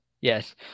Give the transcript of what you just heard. yes